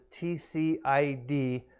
TCID